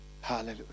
Hallelujah